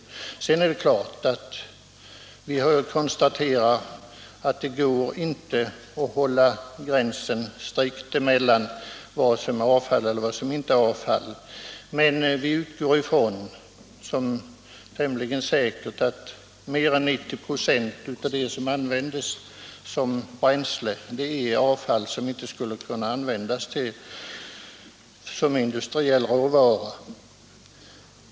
Vi måste naturligtvis konstatera att det inte går att hålla gränsen strikt mellan vad som är avfall och vad som inte är det, men vi utgår ifrån som tämligen säkert att mer än 90 96 av det virke som används till bränsle är avfall och inte duger som industriell råvara.